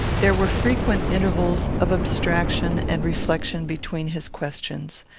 there were frequent intervals of abstraction and reflection between his questions.